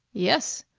yes.